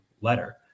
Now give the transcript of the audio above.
letter